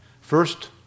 First